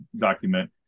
document